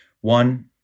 one